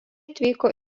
atvyko